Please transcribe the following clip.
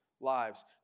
lives